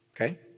okay